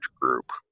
group